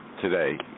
today